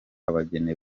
abageni